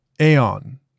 aeon